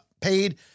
paid